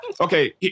Okay